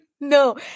No